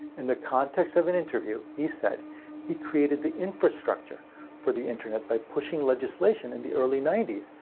in the context of an interview, he said he created the infrastructure for the internet by pushing legislation in the early ninety s,